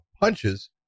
punches